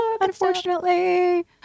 unfortunately